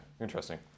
Interesting